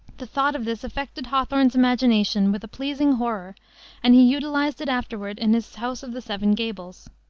the thought of this affected hawthorne's imagination with a pleasing horror and he utilized it afterward in his house of the seven gables.